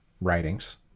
writings